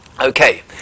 Okay